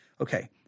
Okay